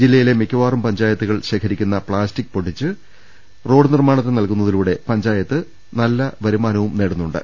ജില്ലയിലെ മിക്കവാറും പഞ്ചാ യത്തുകളും ശേഖരിക്കുന്ന പ്ലാസ്റ്റിക് പൊടിച്ച് റോഡ് നിർമ്മാണത്തിന് നൽകു ന്നതിലൂടെ പഞ്ചായത്ത് വരുമാനവും നേടുന്നുണ്ട്